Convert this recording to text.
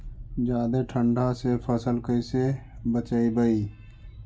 जादे ठंडा से फसल कैसे बचइबै?